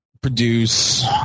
produce